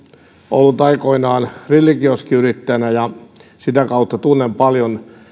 ollut aikoinaan grillikioskiyrittäjänä ja sitä kautta tunnen paljon